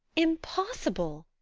impossible!